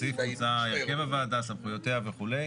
בסעיף הוצע הרכב הוועדה, סמכויותיה וכו'.